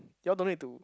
you all no need to